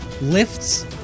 lifts